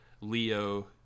leo